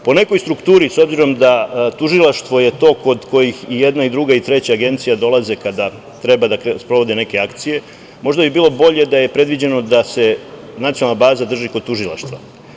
Po nekoj strukturi, s obzirom da je tužilaštvo to kod kojih i jedna i druga i treća agencija dolaze kada treba da sprovode neke akcije, možda bi bilo bolje da je predviđeno da se nacionalna baza drži kod tužilaštva.